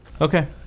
okay